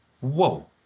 whoa